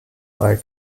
bei